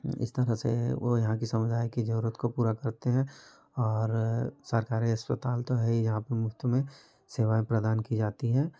इस तरह से वह यहाँ की समुदाय की ज़रूरत को पूरा करते हैं और सरकारी अस्पताल तो है ही यहाँ पे मुफ़्त में सेवाएँ प्रदान की जाती हैं